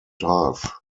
half